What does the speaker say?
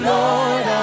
Lord